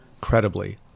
credibly